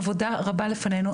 עבודה רבה לפנינו.